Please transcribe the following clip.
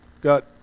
got